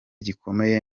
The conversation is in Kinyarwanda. gikomeye